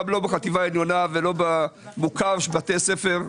גם לא בחטיבה העליונה ולא במוכר של בתי הספר,